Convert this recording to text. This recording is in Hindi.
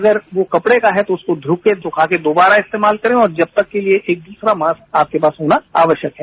अगर वो कपड़े का है तो उसे धोकर सुखाकर दोबारा इस्तेमाल करें और जब तक के लिए एक दूसरा मास्क आपके पास होना आवश्यक है